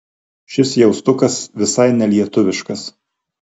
šis jaustukas visai nelietuviškas